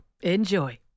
Enjoy